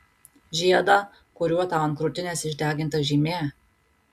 žiedą kuriuo tau ant krūtinės išdeginta žymė